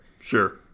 Sure